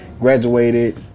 graduated